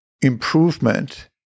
improvement